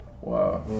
Wow